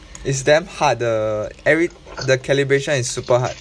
it's damn hard 的 every the calibration is super hard